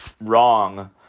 wrong